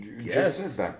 Yes